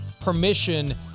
permission